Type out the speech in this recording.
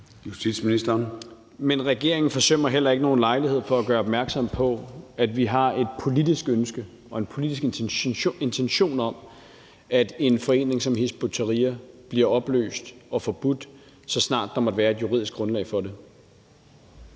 Regeringen forsømmer heller ikke nogen lejlighed til at gøre opmærksom på, at vi har et politisk ønske og en politisk intention om, at en forening som Hizb ut-Tahrir bliver opløst og forbudt, så snart der måtte være et juridisk grundlag for det.